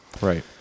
Right